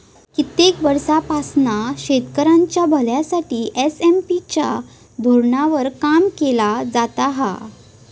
कित्येक वर्षांपासना शेतकऱ्यांच्या भल्यासाठी एस.एम.पी च्या धोरणावर काम केला जाता हा